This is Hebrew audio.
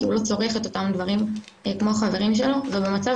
כי הוא לא צורך את אותם דברים כמו החברים שלו ובמצב